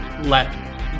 let